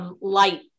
light